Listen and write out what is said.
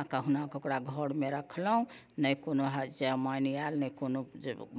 आ कहुनाके ओकरा घरमे रखलहुँ नहि कोनो चमैन आएल नहि कोनो